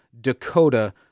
Dakota